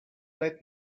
let